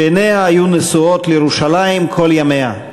שעיניה היו נשואות לירושלים כל ימיה.